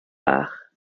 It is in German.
ach